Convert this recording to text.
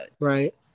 Right